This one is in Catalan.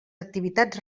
activitats